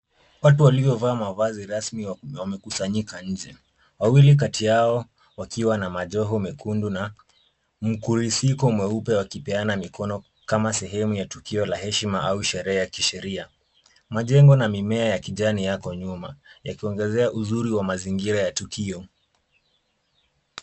Watu waliovaa mavazi rasmi wamekusanyika nje, wawili kati yao wakiwa na majoho mekundu na, mkulisiko mweupe wa kipiana mikono kama sehemu ya tukio la heshima au sherehe ya kisheria. Majengo na mimea ya kijani yako nyuma, yakiongezea uzuri wa mazingira ya tukio.